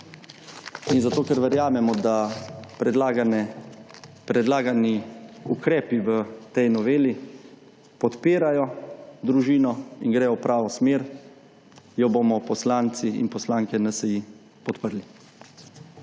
In zato, ker verjamemo, da predlagani ukrepi v tej noveli podpirajo družino in gredo v pravo smer, jo bomo poslanci in poslanke NSi podprli.